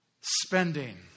spending